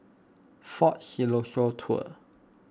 for Siloso Tours